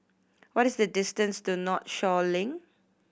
what is the distance to Northshore Link